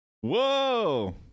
Whoa